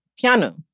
piano